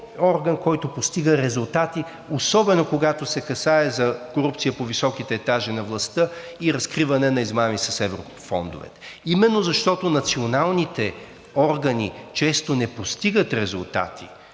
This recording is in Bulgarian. който постига резултати, особено когато се касае за корупция по високите етажи на властта и разкриване на измами с еврофондове именно защото националните органи не постигат резултати